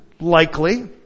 likely